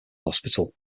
hospital